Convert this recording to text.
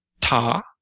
ta